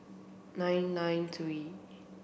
nine nine three